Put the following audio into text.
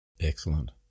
Excellent